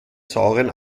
sauren